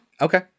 Okay